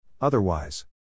Otherwise